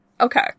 Okay